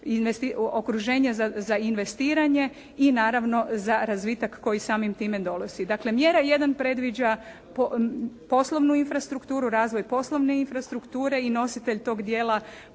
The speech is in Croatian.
za investiranje i naravno za razvitak koji samim time dolazi. Dakle mjera 1 predviđa poslovnu infrastrukturu, razvoj poslovne infrastrukture i nositelj tog dijela